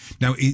Now